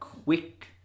Quick